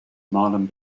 marlon